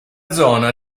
zona